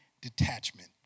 detachment